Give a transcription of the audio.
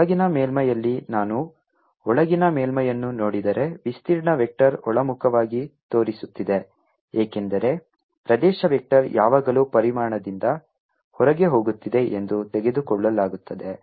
ಒಳಗಿನ ಮೇಲ್ಮೈಯಲ್ಲಿ ನಾನು ಒಳಗಿನ ಮೇಲ್ಮೈಯನ್ನು ನೋಡಿದರೆ ವಿಸ್ತೀರ್ಣ ವೆಕ್ಟರ್ ಒಳಮುಖವಾಗಿ ತೋರಿಸುತ್ತಿದೆ ಏಕೆಂದರೆ ಪ್ರದೇಶ ವೆಕ್ಟರ್ ಯಾವಾಗಲೂ ಪರಿಮಾಣದಿಂದ ಹೊರಗೆ ಹೋಗುತ್ತಿದೆ ಎಂದು ತೆಗೆದುಕೊಳ್ಳಲಾಗುತ್ತದೆ